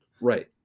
right